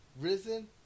Risen